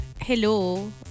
hello